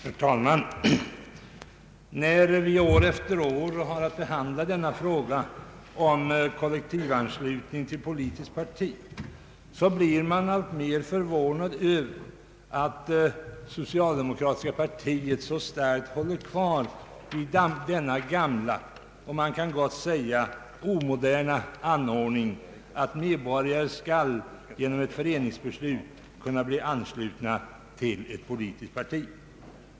Herr talman! När riksdagen år efter år har att behandla frågan om kollektivanslutning till politiskt parti blir man alltmer förvånad över att socialdemokratiska partiet så starkt håller fast vid denna gamla och man kan gott säga omoderna anordning att medborgare genom ett föreningsbeslut skall kunna bli anslutna till ett politiskt parti.